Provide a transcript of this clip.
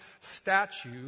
statue